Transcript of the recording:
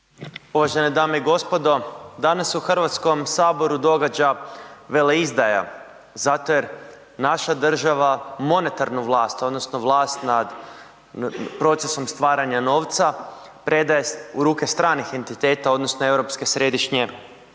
Uvažene dame i gospodo, danas se u Hrvatskom saboru događa veleizdaja zato jer naša država monetarnu vlast odnosno vlast nad procesom stvaranja novca predaje u ruke stranih entiteta odnosno Europske središnje banke.